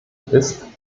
ist